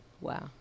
Wow